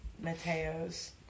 Mateo's